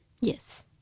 Yes